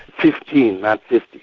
fifteen, not fifty.